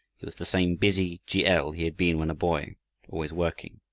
he was the same busy g. l. he had been when a boy always working,